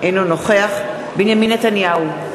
אינו נוכח בנימין נתניהו,